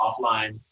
offline